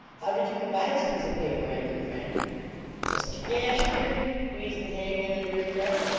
how did you come by this piece of paper, my good friend muster gashford wheezed the hangman under his breath,